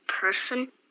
Person